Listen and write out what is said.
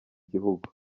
gihugu